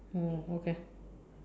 oh okay